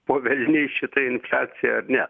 po velniais šita infliacija ar ne